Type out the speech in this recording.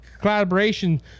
collaboration